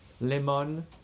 lemon